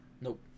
Nope